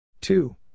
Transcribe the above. Two